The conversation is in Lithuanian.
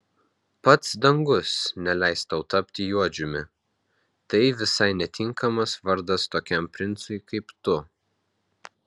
pats dangus neleis tau tapti juodžiumi tai visai netinkamas vardas tokiam princui kaip tu